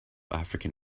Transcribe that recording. african